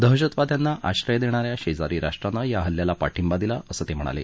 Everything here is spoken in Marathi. दहशतवाद्यांना आश्रय देणा या शेजारी राष्ट्रानं या हल्ल्याला पाठिंबा दिला असं ते म्हणाले